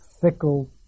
fickle